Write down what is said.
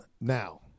now